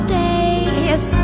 days